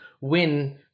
win